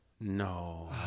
No